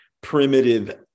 primitive